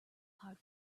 hard